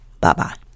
Bye-bye